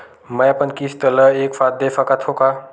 मै अपन किस्त ल एक साथ दे सकत हु का?